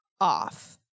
off